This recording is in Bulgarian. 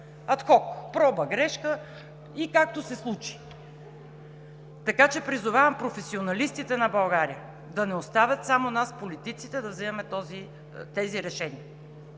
ад хок – проба грешка и както се случи“. Така че призовавам професионалистите на България да не оставят само нас политиците да вземаме тези решения,